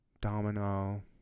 Domino